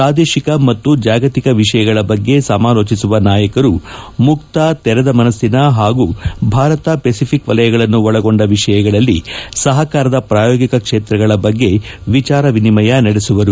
ಪ್ರಾದೇಶಿಕ ಮತ್ತು ಜಾಗತಿಕ ವಿಷಯಗಳ ಬಗ್ಗೆ ಸಮಾಲೋಚಿಸುವ ನಾಯಕರು ಮುಕ್ತ ತೆರೆದ ಮನಸ್ಸಿನ ಹಾಗೂ ಭಾರತ ಪೆಸಿಫಿಕ್ ವಲಯಗಳನ್ನು ಒಳಗೊಂಡ ವಿಷಯಗಳಲ್ಲಿ ಸಹಕಾರದ ಪ್ರಾಯೋಗಿಕ ಕ್ಷೇತ್ರಗಳ ಬಗ್ಗೆ ವಿಚಾರ ವಿನಿಮಯ ನಡೆಸುವವರು